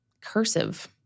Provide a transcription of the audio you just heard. cursive